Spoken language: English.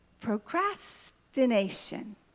procrastination